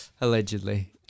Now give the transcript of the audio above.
Allegedly